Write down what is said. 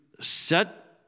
set